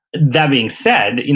that being said, you know